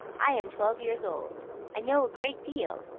i am twelve years old i know a great deal,